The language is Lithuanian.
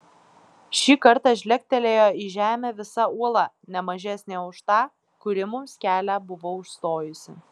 šį kartą žlegtelėjo į žemę visa uola ne mažesnė už tą kuri mums kelią buvo užstojusi